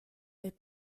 est